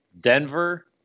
Denver